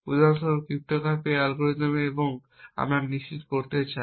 উদাহরণস্বরূপ cryptographic algorithm এবং আমরা নিশ্চিত করতে চাই